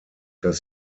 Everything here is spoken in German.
dass